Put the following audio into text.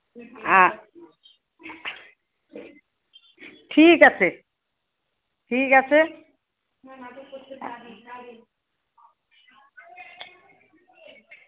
আচ্ছা ঠিক আছে ঠিক আছে